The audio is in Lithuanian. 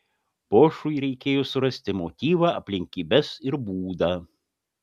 bošui reikėjo surasti motyvą aplinkybes ir būdą